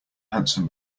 handsome